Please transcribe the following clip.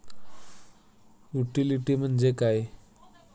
Utility म्हणजे काय?